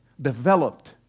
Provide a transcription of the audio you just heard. Developed